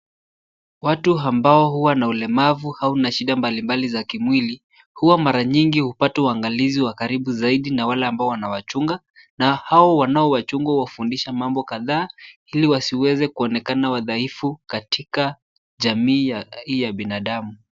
Watu ambao huwa na ulemavu au na shida mbalimbali za kimwili, huwa mara nyingi hupata uangalizi wa karibu zaidi na wale ambao wanawachunga na hao wanaowachunga huwafundisha mambo kadhaa ili wasiweze kuonekana wadhaifu katika jamii ya binadamu.